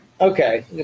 Okay